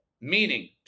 Meaning